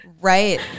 Right